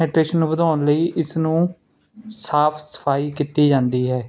nitration ਵਧਾਉਣ ਲਈ ਇਸ ਨੂੰ ਸਾਫ ਸਫਾਈ ਕੀਤੀ ਜਾਂਦੀ ਹੈ